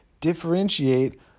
differentiate